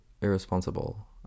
irresponsible